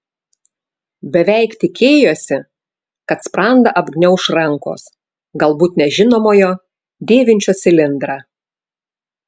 beveik tikėjosi kad sprandą apgniauš rankos galbūt nežinomojo dėvinčio cilindrą